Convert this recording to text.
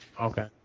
Okay